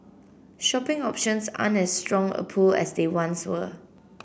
shopping options aren't as strong a pull as they once were